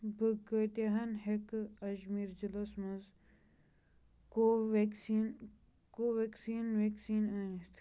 بہٕ کۭتِہَن ہٮ۪کہٕ اجمیٖر ضلعس مَنٛز کو وٮ۪کسیٖن کو وٮ۪کسیٖن وٮ۪کسیٖن أنِتھ